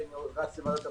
כי אני רץ לוועדת הפנים.